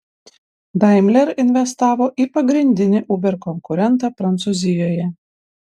daimler investavo į pagrindinį uber konkurentą prancūzijoje